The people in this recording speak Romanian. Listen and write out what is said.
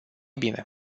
bine